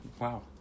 wow